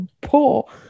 poor